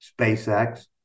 SpaceX